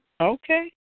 Okay